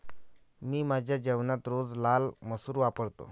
मी माझ्या जेवणात रोज लाल मसूर वापरतो